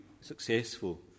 successful